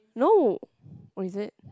no or is it